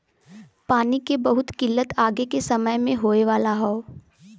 पानी के बहुत किल्लत आगे के समय में होए वाला हौ